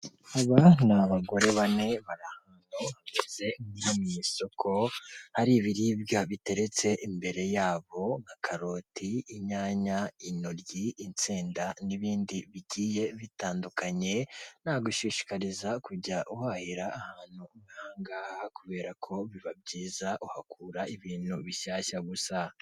Aba ni abagore bane bari ahantu hameze nko mu isoko hari ibiribwa biteretse imbere yabo nka karoti, inyanya, intoryi insenda n'ibindi bigiye bitandukanye, nagushishikariza kujya uhahira ahantu nk'aha ngaha kubera ko biba byiza uhakura ibintu bishyashya gusa.